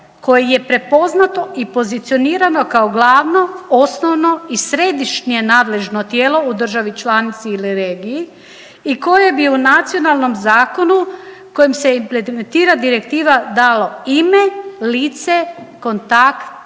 koje je prepoznato i pozicionirano kao glavno, osnovno i središnje nadležno tijelo u državi članici ili regiji i koje bi u nacionalnom zakonu kojim se implementira direktiva dalo ime, lice, kontakt,